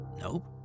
Nope